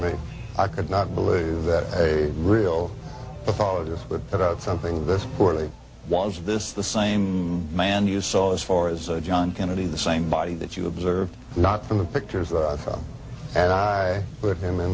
me i could not believe that a real apologist but about something this morning was this the same man you saw as far as john kennedy the same body that you observed not from the pictures and i put them in